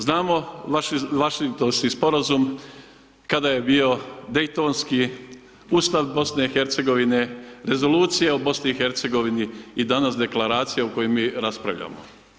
Znamo Vašingtonski Sporazum kada je bio Dejtonski, Ustav BiH, Rezolucija o BiH i danas Deklaracija o kojoj mi raspravljamo.